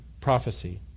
prophecy